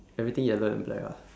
everything yellow and black ah